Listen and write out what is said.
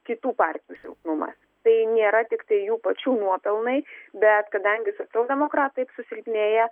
kitų partijų silpnumas tai nėra tiktai jų pačių nuopelnai bet kadangi socialdemokratai susilpnėję